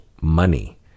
money